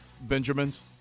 Benjamins